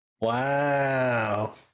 Wow